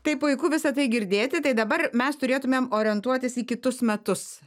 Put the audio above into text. tai puiku visa tai girdėti tai dabar mes turėtume orientuotis į kitus metus